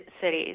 cities